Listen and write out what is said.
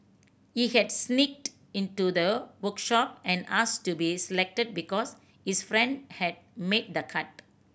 he had sneaked into the workshop and asked to be selected because his friend had made the cut